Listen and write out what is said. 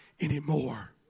anymore